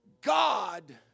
God